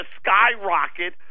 skyrocket